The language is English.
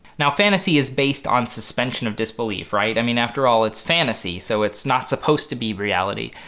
now fantasy is based on suspension of disbelief, right? i mean after all it's fantasy so it's not supposed to be reality.